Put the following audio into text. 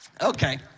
Okay